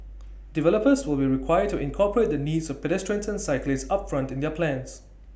developers will be required to incorporate the needs of pedestrians and cyclists upfront in their plans